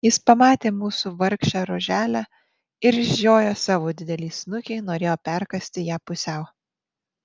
jis pamatė mūsų vargšę roželę ir išžiojęs savo didelį snukį norėjo perkąsti ją pusiau